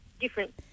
different